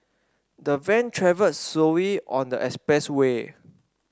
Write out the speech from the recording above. the van travelled slowly on the expressway